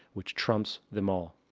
which trumps them all.